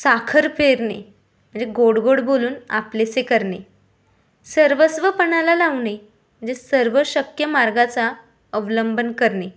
साखर पेरणे म्हणजे गोडगोड बोलून आपलेसे करणे सर्वस्वपणाला लावणे म्हणजे सर्व शक्य मार्गाचा अवलंबन करणे